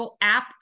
app